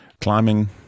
climbing